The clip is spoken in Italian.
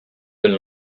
del